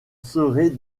serez